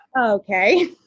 Okay